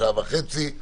שעה וחצי,